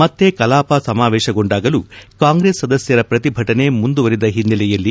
ಮತ್ತೆ ಕಲಾಪ ಸಮಾವೇಶಗೊಂಡಾಗಲೂ ಕಾಂಗ್ರೆಸ್ ಸದಸ್ಕರ ಪ್ರತಿಭಟನೆ ಮುಂದುವರೆದ ಹಿನ್ನೆಲೆಯಲ್ಲಿ